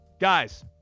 Guys